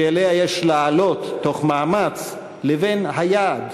שאליה יש לעלות תוך מאמץ, לבין היעד,